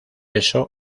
eso